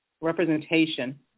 Representation